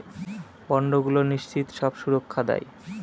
বন্ডগুলো নিশ্চিত সব সুরক্ষা দেয়